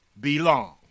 belong